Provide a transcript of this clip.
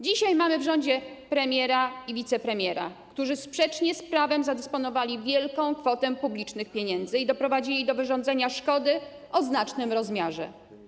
Dzisiaj mamy w rządzie premiera i wicepremiera, którzy sprzecznie z prawem zadysponowali wielką kwotą publicznych pieniędzy i doprowadzili do wyrządzenia szkody o znacznym rozmiarze.